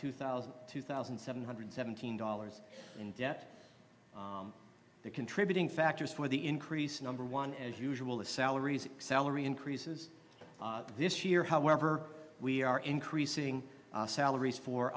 two thousand two thousand seven hundred seventeen dollars in debt the contributing factors for the increase in number one as usual as salaries salary increases this year however we are increasing salaries for